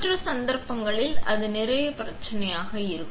மற்ற சந்தர்ப்பங்களில் அது நிறைய பிரச்சனையாக இருக்கும்